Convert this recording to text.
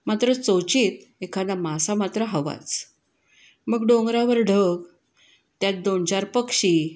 मात्र चोचीत एखादा मासा मात्र हवाच मग डोंगरावर ढग त्यात दोन चार पक्षी